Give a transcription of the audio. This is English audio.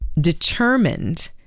determined